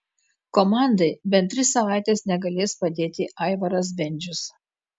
komandai bent tris savaites negalės padėti aivaras bendžius